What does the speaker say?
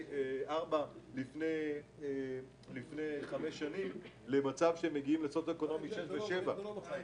ארבע לפני חמש שנים לסוציואקונומי שש ושבע.